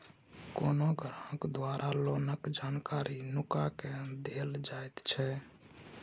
कोनो ग्राहक द्वारा लोनक जानकारी नुका केँ देल जाएत छै